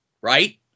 right